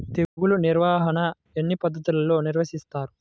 తెగులు నిర్వాహణ ఎన్ని పద్ధతులలో నిర్వహిస్తారు?